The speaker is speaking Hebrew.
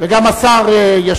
אין שר שעונה,